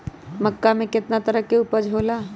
मक्का के कितना तरह के उपज हो ला?